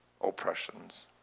oppressions